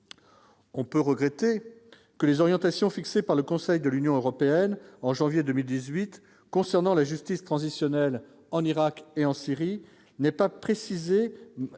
On peut regretter que les orientations fixées par le Conseil de l'Union européenne en janvier 2018 concernant la justice transitionnelle en Irak et en Syrie n'est pas précisée,